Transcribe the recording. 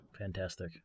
Fantastic